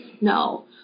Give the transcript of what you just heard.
no